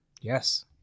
Yes